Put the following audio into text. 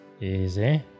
Easy